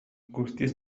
guztiz